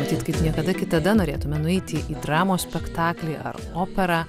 matyt kaip niekada kitada norėtume nueiti į dramos spektaklį ar operą